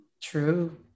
True